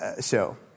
show